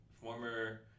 former